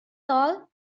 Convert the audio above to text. all